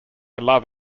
love